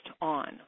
on